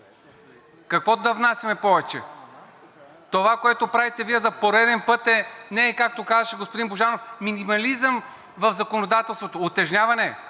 Какво да внасяме повече? Това, което правите Вие за пореден път, не е, както казваше господин Божанов: „Минимализъм в законодателството“. Утежняване